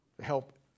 help